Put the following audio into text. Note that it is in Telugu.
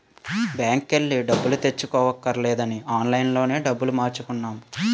బాంకెల్లి డబ్బులు తెచ్చుకోవక్కర్లేదని ఆన్లైన్ లోనే డబ్బులు మార్చుకున్నాం